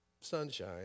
sunshine